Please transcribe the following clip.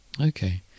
Okay